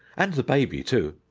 and the baby too.